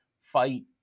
fight